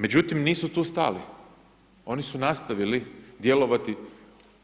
Međutim, nisu tu stali, oni su nastavili djelovati